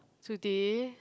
today